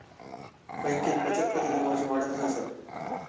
बँकेत बचत खाती दरवर्षी वाढतच आसत